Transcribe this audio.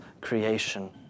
creation